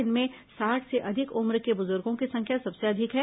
इनमें साठ से अधिक उम्र के बुजुर्गों की संख्या सबसे अधिक है